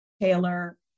taylor